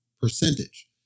percentage